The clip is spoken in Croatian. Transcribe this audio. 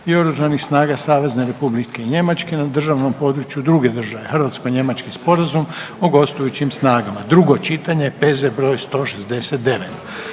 i Oružanih snaga Savezne Republike Njemačke na državnom području druge države (Hrvatsko-Njemački sporazum o gostujućim snagama), drugo čitanje, P.Z. br. 169.